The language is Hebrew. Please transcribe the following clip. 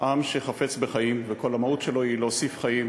עם שחפץ בחיים, וכל המהות שלו היא להוסיף חיים